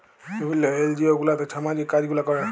বিভিল্ল্য এলজিও গুলাতে ছামাজিক কাজ গুলা ক্যরে